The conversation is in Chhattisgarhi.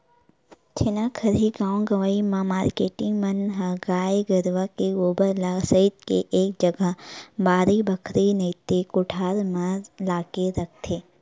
छेना खरही गाँव गंवई म मारकेटिंग मन ह गाय गरुवा के गोबर ल सइत के एक जगा बाड़ी बखरी नइते कोठार म लाके रखथे